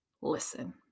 listen